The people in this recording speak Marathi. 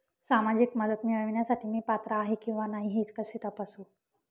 सामाजिक मदत मिळविण्यासाठी मी पात्र आहे किंवा नाही हे कसे तपासू?